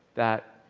that,